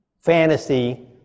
fantasy